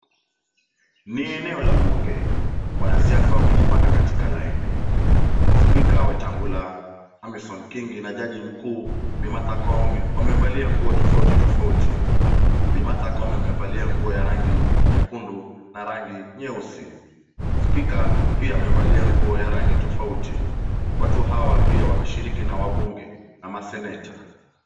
Ni eneo la bunge. Wanasiasa wamejipanga katika laini. Spika Wetangula, Amason Kingi na jaji mkuu Bi Martha Koome wamevalia nguo tofauti tofauti, Bi Martha Koome amevalia nguo ya rangi nyekundu na rangi nyeusi. Spika pia amevalia nguo ya rangi tofauti. Watu hawa pia wameshiriki na wabunge na maseneta.